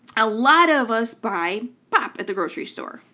a lot of us buy pop at the grocery store,